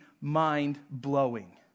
mind-blowing